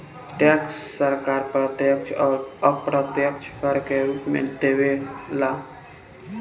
tax सरकार प्रत्यक्ष अउर अप्रत्यक्ष कर के रूप में लेवे ला